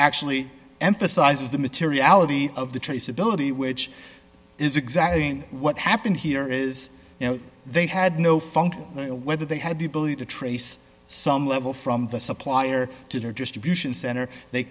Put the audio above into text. actually emphasizes the materiality of the traceability which is exactly what happened here is you know they had no fungal whether they had the ability to trace some level from the supplier to their distribution center they